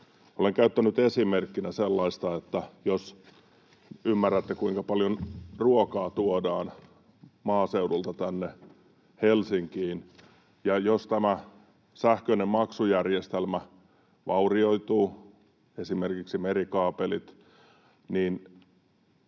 Olen käyttänyt esimerkkinä tällaista: Ymmärrätte, kuinka paljon ruokaa tuodaan maaseudulta tänne Helsinkiin. Jos tämä sähköinen maksujärjestelmä, esimerkiksi merikaapelit,